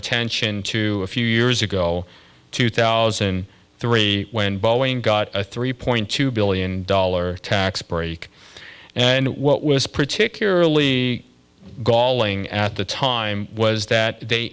attention to a few years ago two thousand three when boeing got a three point two billion dollars tax break and what was particularly galling at the time was that they